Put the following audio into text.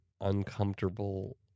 uncomfortable